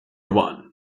one